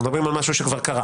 אנחנו מדברים על משהו שכבר קרה.